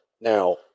Now